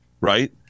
Right